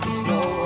snow